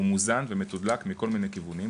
הוא מוזן ומתודלק מכל מיני כיוונים,